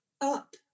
up